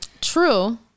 true